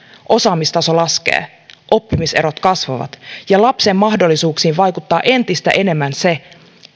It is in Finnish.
osaamistaso laskee oppimiserot kasvavat ja lapsen mahdollisuuksiin vaikuttaa entistä enemmän se